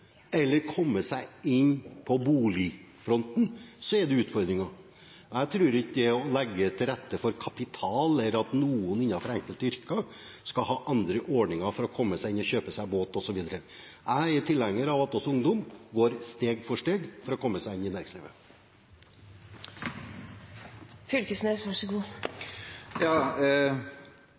eller komme seg inn på boligfronten, så er det utfordringer. Jeg tror ikke på det å legge til rette for kapital, eller at noen innenfor enkelte yrker skal ha andre ordninger for å komme seg inn, kjøpe seg båt osv. Jeg er tilhenger av at også ungdom går steg for steg for å komme seg inn i